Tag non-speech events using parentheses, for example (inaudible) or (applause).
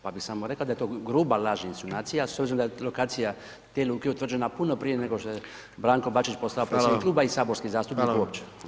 Pa bi samo rekao da je to gruba laž i insinuacija, s obzirom da je lokacija … (unintelligible) luke utvrđena puno prije nego što je Branko Bačić postao predsjednik kluba i saborski zastupnik uopće.